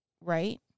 right